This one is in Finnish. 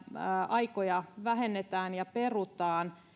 aikoja vähennetään ja perutaan